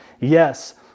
Yes